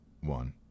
one